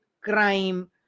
crime